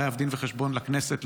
חייב דין וחשבון לכנסת,